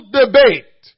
debate